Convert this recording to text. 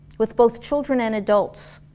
with both children and adults,